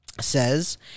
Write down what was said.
says